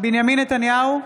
בנימין נתניהו,